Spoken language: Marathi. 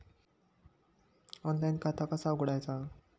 ऑनलाइन खाता कसा उघडायचा?